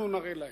אנחנו נראה להם.